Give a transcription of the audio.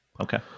okay